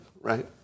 right